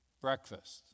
breakfast